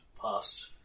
past